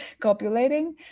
copulating